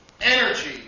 energy